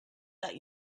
that